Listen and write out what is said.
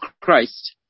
Christ